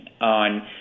on